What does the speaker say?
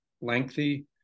lengthy